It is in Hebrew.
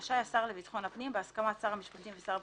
רשאי השר לביטחון הפנים בהסכמת שר השפטים ושר הבריאות,